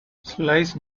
slice